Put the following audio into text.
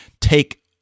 take